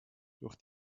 durch